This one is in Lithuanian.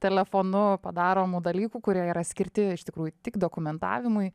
telefonu padaromų dalykų kurie yra skirti iš tikrųjų tik dokumentavimui